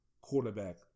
quarterback